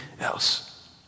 else